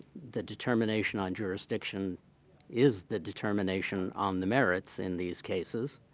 the determination on jurisdiction is the determination on the merits in these cases,